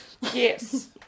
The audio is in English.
Yes